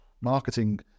marketing